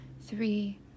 three